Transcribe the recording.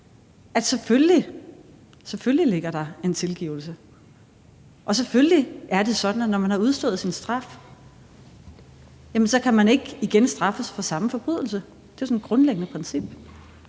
selvfølgelig ligger en tilgivelse, og selvfølgelig er det sådan, at når man har udstået sin straf, kan man ikke igen straffes for samme forbrydelse; det er jo sådan et grundlæggende princip.